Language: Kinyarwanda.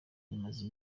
imaze